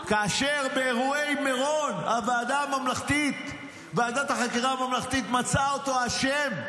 באירועי מירון ועדת החקירה הממלכתית מצאה אותו אשם,